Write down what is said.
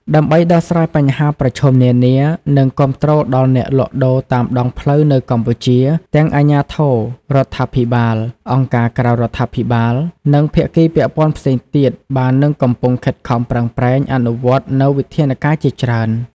ដើម្បីដោះស្រាយបញ្ហាប្រឈមនានា និងគាំទ្រដល់អ្នកលក់ដូរតាមដងផ្លូវនៅកម្ពុជា ទាំងអាជ្ញាធររដ្ឋាភិបាល អង្គការក្រៅរដ្ឋាភិបាល និងភាគីពាក់ព័ន្ធផ្សេងទៀត បាននិងកំពុងខិតខំប្រឹងប្រែងអនុវត្តនូវវិធានការជាច្រើន ។